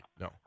No